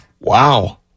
Wow